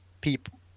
people